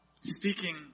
speaking